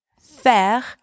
faire